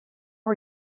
are